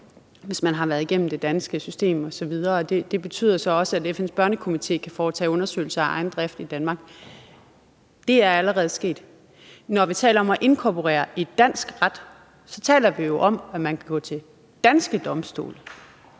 hvis man har været igennem det danske system osv. Og det betyder så også, at FN's Børnekomité kan foretage undersøgelser af egen drift i Danmark. Det er allerede sket. Når vi taler om at inkorporere konventionen i dansk ret, taler vi jo om, at man kan gå til danske domstole